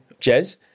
Jez